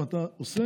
אם אתה עושה,